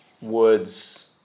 words